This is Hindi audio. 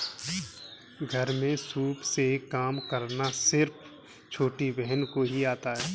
घर में सूप से काम करना सिर्फ छोटी बहन को ही आता है